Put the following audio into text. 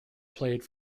played